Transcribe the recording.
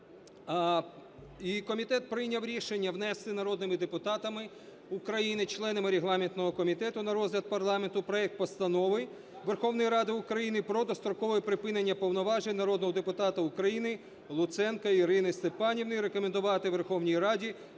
і комітет прийняв рішення внести народними депутатами України, членами регламентного комітету на розгляд парламенту проект Постанови Верховної Ради України про дострокове припинення повноважень народного депутата України Луценко Ірини Степанівни і рекомендувати Верховній Раді